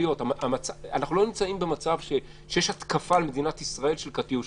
אנחנו לא נמצאים במצב שיש התקפת קטיושות על מדינת ישראל.